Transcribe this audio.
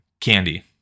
candy